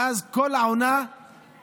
ואז כל העונה הולכת.